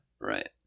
Right